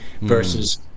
versus